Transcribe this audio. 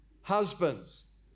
husbands